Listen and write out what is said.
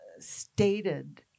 Stated